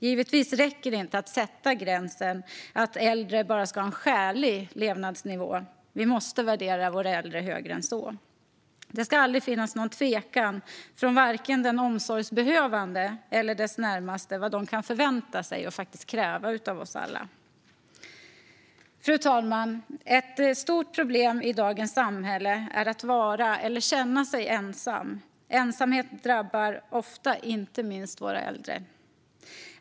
Givetvis räcker det inte att sätta gränsen vid att äldre bara ska ha en skälig levnadsnivå; vi måste värdera våra äldre högre än så. Det ska aldrig finnas någon tvekan från vare sig den omsorgsbehövande eller de närmaste när det gäller vad de kan förvänta sig och faktiskt kräva av oss alla. Fru talman! Ett stort problem i dagens samhälle är detta att vara eller känna sig ensam. Ensamhet drabbar inte minst våra äldre.